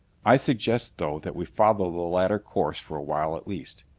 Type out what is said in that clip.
i suggest, though, that we follow the latter course for awhile at least.